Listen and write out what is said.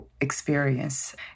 experience